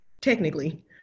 technically